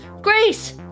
Grace